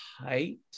height